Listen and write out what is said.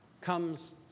comes